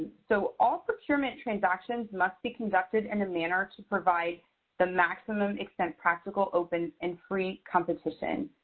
so all procurement transactions must be conducted in a manner to provide the maximum extent practical, open and free competition.